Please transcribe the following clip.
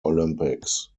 olympics